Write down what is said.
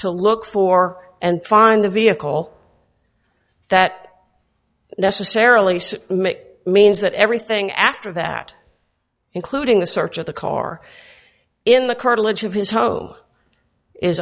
to look for and find a vehicle that necessarily so mick means that everything after that including the search of the car in the curtilage of his ho is